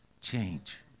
change